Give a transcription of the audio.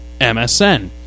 MSN